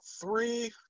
three